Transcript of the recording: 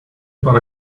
about